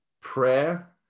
prayer